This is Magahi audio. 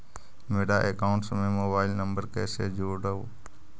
मेरा अकाउंटस में मोबाईल नम्बर कैसे जुड़उ?